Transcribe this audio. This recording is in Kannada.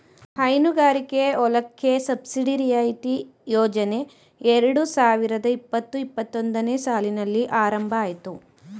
ಹೈನುಗಾರಿಕೆ ಹೊಲಕ್ಕೆ ಸಬ್ಸಿಡಿ ರಿಯಾಯಿತಿ ಯೋಜನೆ ಎರಡು ಸಾವಿರದ ಇಪ್ಪತು ಇಪ್ಪತ್ತೊಂದನೇ ಸಾಲಿನಲ್ಲಿ ಆರಂಭ ಅಯ್ತು